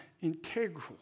integral